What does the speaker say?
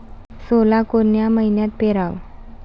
सोला कोन्या मइन्यात पेराव?